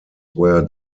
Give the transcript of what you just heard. were